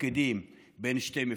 ותפקידים בין שתי מפלגות,